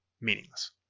Meaningless